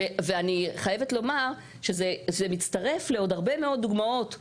ואני חייבת לומר שזה מצטרף לעוד הרבה מאוד דוגמאות.